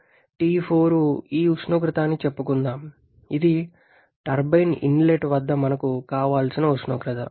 అప్పుడు T4 ఈ ఉష్ణోగ్రత అని చెప్పుకుందాం ఇది టర్బైన్ ఇన్లెట్ వద్ద మనకు కావాల్సిన ఉష్ణోగ్రత